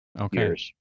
Okay